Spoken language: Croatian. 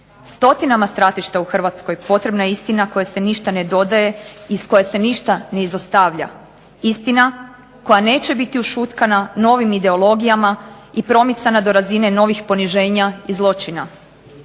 Stotinama stratišta u Hrvatskoj potrebna je istina kojoj se ništa ne dodaje, iz koje se ništa ne izostavlja. Istina koja neće biti ušutkana novim ideologijama i promicana do razine novih poniženja i zločina.